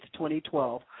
2012